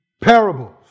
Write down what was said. parables